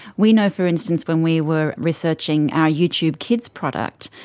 we know, for instance, when we were researching our youtube kids product,